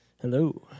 Hello